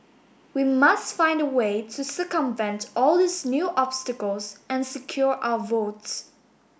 we must find a way to circumvent all these new obstacles and secure our votes